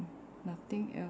nothing else